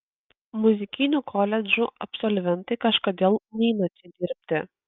muzikinių koledžų absolventai kažkodėl neina čia dirbti